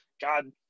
God